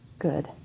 good